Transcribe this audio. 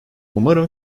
umarım